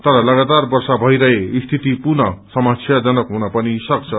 तर लगातार वर्षा मइरहे स्थिति पुनः समस्याजनक पनि हुन सक्छ